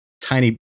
tiny